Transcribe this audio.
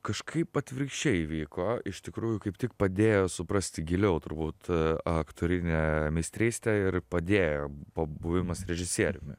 kažkaip atvirkščiai vyko iš tikrųjų kaip tik padėjo suprasti giliau turbūt aktorinę meistrystę ir padėjo pabuvimas režisieriumi